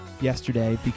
yesterday